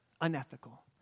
unethical